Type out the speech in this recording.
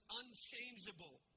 unchangeable